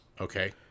Okay